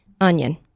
onion